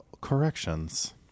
corrections